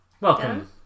Welcome